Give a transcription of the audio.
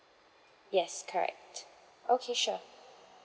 yes correct okay sure